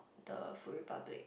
the Food Republic